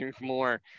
more